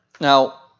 Now